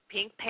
Pink